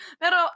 pero